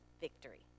victory